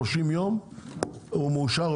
שלושים יום הוא מאושר,